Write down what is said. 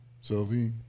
Sylvie